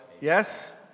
yes